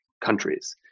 countries